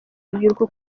rubyiruko